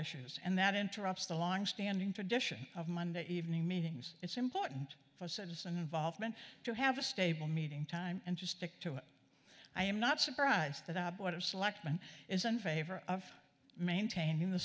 issues and that interrupts the longstanding tradition of monday evening meetings it's important for citizen involvement to have a stable meeting time and to stick to it i am not surprised that i board of selectmen isn't favor of maintaining the